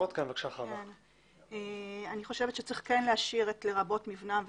אני חושבת שכן צריך להשאיר את "לרבות נבנה בשטחו"